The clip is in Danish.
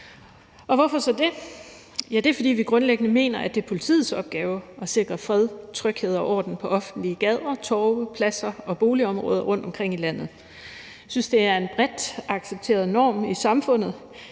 hvorfor så det? Ja, det er, fordi vi grundlæggende mener, at det er politiets opgave at sikre fred, tryghed og orden på offentlige gader, torve, pladser og i boligområder rundtomkring i landet. Vi synes, det er en bredt accepteret norm i samfundet,